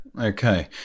Okay